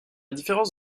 différence